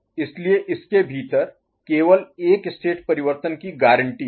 इसलिए इस के भीतर केवल एक स्टेट परिवर्तन कि गारंटी है